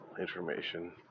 information